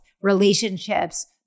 relationships